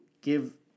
give